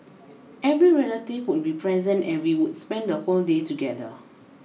every relative would be present and we would spend the whole day together